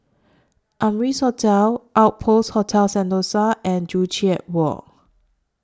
Amrise Hotel Outpost Hotel Sentosa and Joo Chiat Walk